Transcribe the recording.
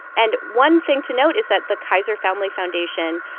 and one thing to note is that the kaiser family foundation,